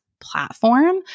platform